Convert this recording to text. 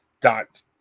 dot